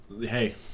Hey